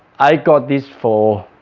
i got this for